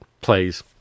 plays